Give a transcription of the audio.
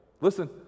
Listen